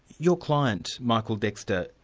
your client, michael dexter,